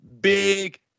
Big